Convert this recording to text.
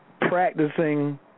practicing